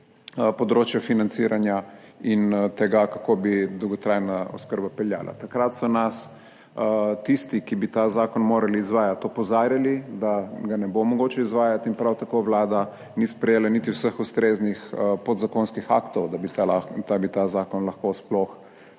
področja financiranja in tega, kako bi dolgotrajna oskrba peljala. Takrat so nas tisti, ki bi ta zakon morali izvajati, opozarjali, da ga ne bo mogoče izvajati, in prav tako Vlada ni sprejela niti vseh ustreznih podzakonskih aktov, da bi ta zakon lahko sploh